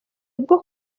bwo